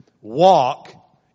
Walk